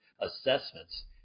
assessments